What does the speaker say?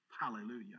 Hallelujah